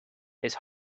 his